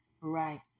Right